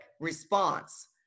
response